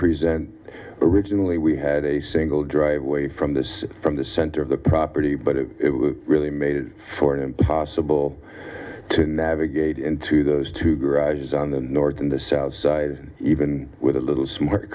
present originally we had a single driveway from this from the center of the property but it really made for it impossible to navigate into those two garages on the north and the south side even with a little sm